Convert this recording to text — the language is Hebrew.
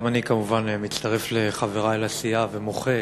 גם אני כמובן מצטרף לחברי לסיעה ומוחה